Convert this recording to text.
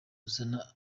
uzana